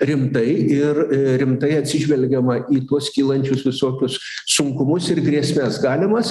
rimtai ir rimtai atsižvelgiama į tuos kylančius visokius sunkumus ir grėsmes galimas